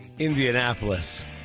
Indianapolis